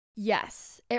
Yes